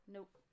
Nope